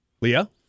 Leah